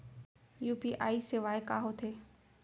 UPI सेवाएं का होथे?